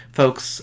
folks